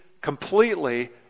completely